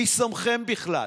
מי שמכם בכלל?